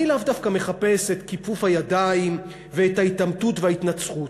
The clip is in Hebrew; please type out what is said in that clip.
אני לאו דווקא מחפש את כיפוף הידיים ואת ההתעמתות וההתנצחות.